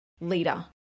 leader